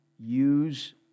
Use